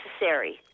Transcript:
necessary